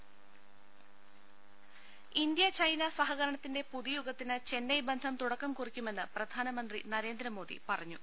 ള ൽ ൾ ഇന്ത്യ ചൈന സഹകരണത്തിന്റെ പുതുയുഗത്തിന് ചെന്നൈ ബന്ധം തുടക്കം കുറിക്കുമെന്ന് പ്രധാനമന്ത്രി നരേന്ദ്രമോദി പറഞ്ഞു